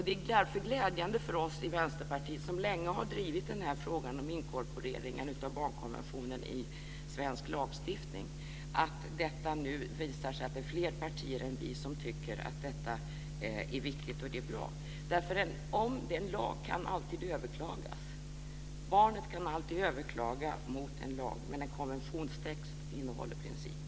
Det är därför glädjande för oss i Vänsterpartiet, som länge har drivit frågan om inkorporering av barnkonventionen i svensk lagstiftning, att det nu visar sig att det är fler partier än vårt som tycker att detta är viktigt. Det är bra. En lag kan alltid överklagas. Barnet kan alltid överklaga en lag, men en konventionstext innehåller principer.